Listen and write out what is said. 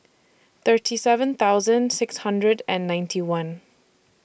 thirty seven thousand six hundred and ninety one